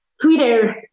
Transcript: Twitter